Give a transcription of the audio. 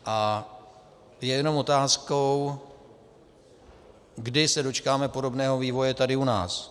A je jenom otázkou, kdy se dočkáme podobného vývoje tady u nás.